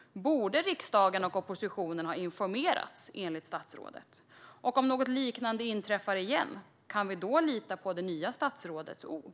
Borde riksdagen och oppositionen ha informerats, enligt statsrådet? Om något liknande inträffar igen, kan vi då lita på det nya statsrådets ord?